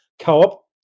Co-op